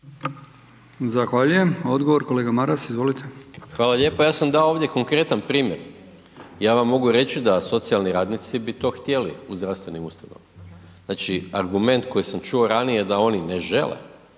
Hvala lijepa, ja sam dao ovdje konkretan primjer. Ja vam mogu reći da socijalni radnici bi to htjeli u zdravstvenim ustanovama, znači argument koji sam čuo ranije da oni ne žele,